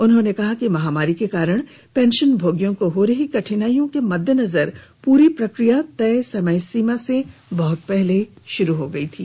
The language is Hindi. उन्होंने कहा कि महामारी के कारण पेंशनभोगियों को हो रही कठिनाइयों के मद्देनजर पूरी प्रक्रिया तय समयसीमा से बहुत पहले पूरी हो गई थी